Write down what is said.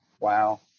Wow